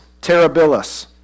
terribilis